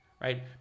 right